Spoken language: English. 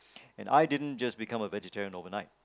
and I didn't just become a vegetarian over night